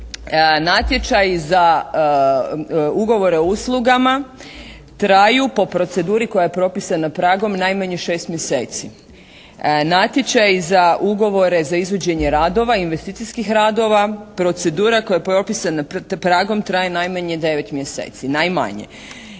natječaji za ugovore o uslugama traju po proceduri koja je propisana pragom najmanje 6 mjeseci. Natječaji za ugovore za izvođenje radova, investicijskih radova, procedura koja je propisana pragom traje najmanje 9 mjeseci, najmanje.